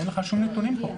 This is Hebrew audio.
אין לך שום נתונים פה.